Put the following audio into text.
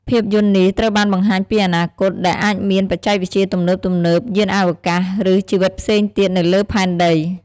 ភាពយន្តនេះត្រូវបានបង្ហាញពីអនាគត ដែលអាចមានបច្ចេកវិទ្យាទំនើបៗ យានអវកាស ឬជីវិតផ្សេងទៀតនៅលើផែនដី ។